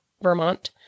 Vermont